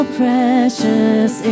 precious